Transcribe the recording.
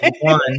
one